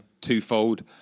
twofold